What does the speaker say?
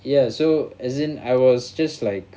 ya so as in I was just like